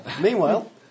Meanwhile